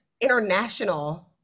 international